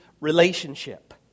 relationship